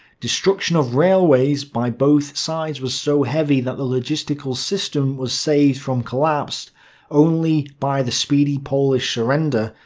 destruction of railways by both sides was so heavy that the logistical system was saved from collapse only by the speedy polish surrender.